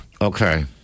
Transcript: Okay